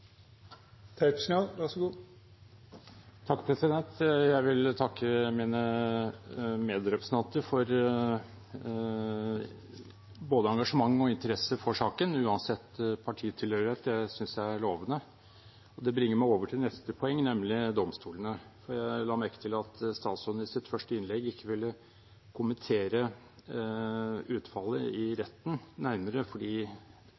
med det så det ikke fortsetter, fordi dette er uakseptabelt. Jeg vil takke mine medrepresentanter for både engasjement og interesse for saken, uansett partitilhørighet, det synes jeg er lovende. Det bringer meg over til neste poeng, nemlig domstolene. Jeg la merke til at statsråden i sitt første innlegg ikke ville kommentere utfallet i retten nærmere fordi